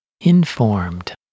informed